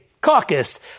caucus